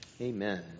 Amen